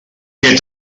què